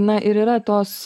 na ir yra tos